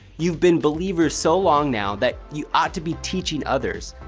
you've been believers so long now that you ought to be teaching others.